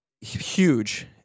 huge